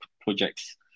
projects